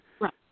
Right